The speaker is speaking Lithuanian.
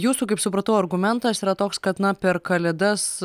jūsų kaip supratau argumentas yra toks kad na per kalėdas